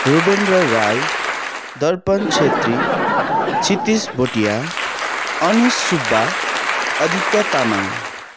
Ruvendra Rai Darpan Chhetri Kshitij Bhutia Anish Subba Aditya Tamang